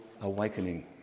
awakening